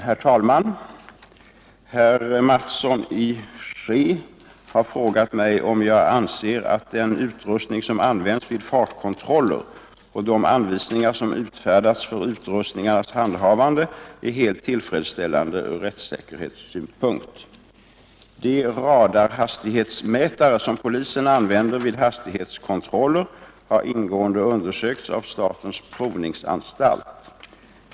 Herr talman! Herr Mattsson i Skee har frågat mig om jag anser att den utrustning som används vid fartkontroller och de anvisningar som utfärdats för utrustningarnas handhavande är helt tillfredsställande från rättssäkerhetssynpunkt. De radarhastighetsmätare som polisen använder vid hastighetskontroller har ingående undersökts av statens provningsanstalt.